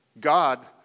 God